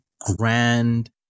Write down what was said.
grand